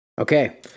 Okay